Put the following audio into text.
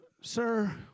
sir